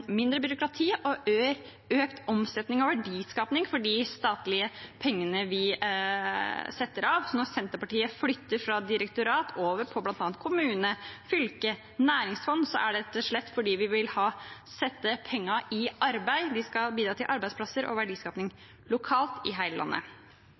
mindre byråkrati, økt omsetning og verdiskaping for de statlige pengene vi setter av. Så når Senterpartiet flytter penger fra direktorat over til bl.a. kommuner, fylker og næringsfond, er det rett og slett fordi vi vil sette pengene i arbeid – de skal bidra til arbeidsplasser og